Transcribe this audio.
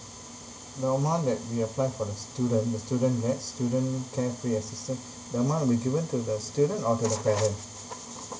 the amount that we applied for the student the student gets the student carefree assistance the amount will be given to the student or to the parent